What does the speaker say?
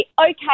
okay